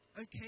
Okay